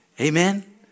Amen